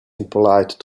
impolite